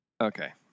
Okay